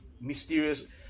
mysterious